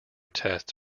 tests